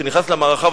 שנכנס למערכה,